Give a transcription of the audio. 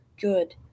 Good